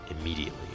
immediately